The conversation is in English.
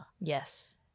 Yes